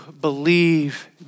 believe